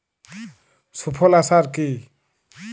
সুফলা সার কি?